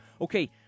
Okay